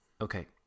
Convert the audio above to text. Okay